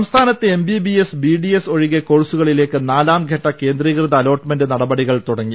സംസ്ഥാനത്തെ MBBS BDS ഒഴികെ കോഴ് സുകളിലേക്ക് നാലാംഘട്ട കേന്ദ്രീകൃത അലോട്ട്മെന്റ് നടപടികൾ തുടങ്ങി